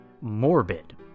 morbid